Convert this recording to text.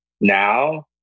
now